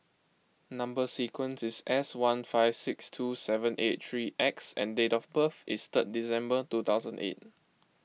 Number Sequence is S one five six two seven eight three X and date of birth is third December two thousand eight